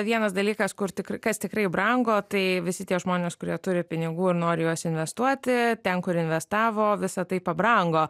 vienas dalykas kur tikr kas tikrai brangu tai visi tie žmonės kurie turi pinigų ir nori juos investuoti ten kur investavo visa tai pabrango